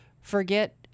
forget